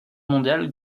mondiale